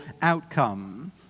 outcome